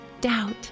doubt